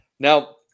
Now